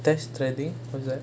death stranding what's that